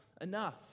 enough